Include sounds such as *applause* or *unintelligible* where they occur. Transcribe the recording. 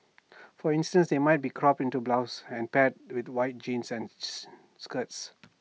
for instance they might be cropped into blouses and paired with white jeans and *unintelligible* skirts